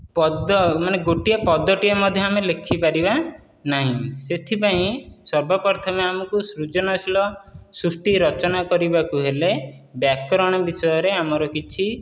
ପଦ ମାନେ ଗୋଟିଏ ପଦ ଟିଏ ମଧ୍ୟ ଆମେ ଲେଖିପାରିବା ନାହିଁ ସେଥିପାଇଁ ସର୍ବପ୍ରଥମେ ଆମକୁ ସୃଜନଶୀଳ ସୃଷ୍ଟି ରଚନା କରିବାକୁ ହେଲେ ବ୍ୟାକରଣ ବିଷୟରେ ଆମର କିଛି